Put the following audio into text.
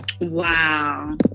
Wow